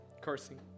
cursing